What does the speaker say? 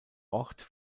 ort